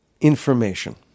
information